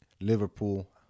liverpool